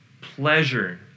pleasure